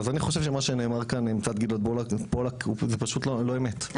אז אני חושב שמה שנאמר כאן מצד גלעד פולק זה פשוט לא אמת,